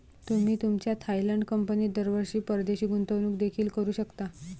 तुम्ही तुमच्या थायलंड कंपनीत दरवर्षी परदेशी गुंतवणूक देखील करू शकता